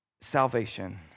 salvation